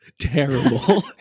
terrible